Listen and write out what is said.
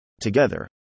Together